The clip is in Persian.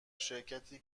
شرکتی